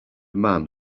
man